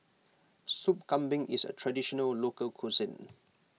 Sop Kambing is a Traditional Local Cuisine